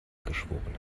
geschworen